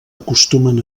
acostumen